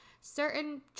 certain